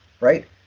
right